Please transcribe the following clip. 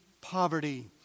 poverty